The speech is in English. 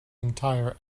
entire